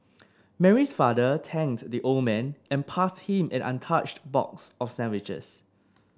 Mary's father thanked the old man and passed him an untouched box of sandwiches